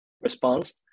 response